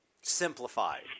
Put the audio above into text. simplified